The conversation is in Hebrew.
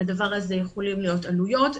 לדבר הזה יכולות להיות עלויות.